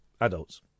adults